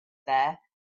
there